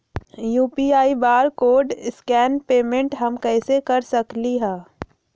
UPI barcode scan payment हम कईसे कर सकली ह?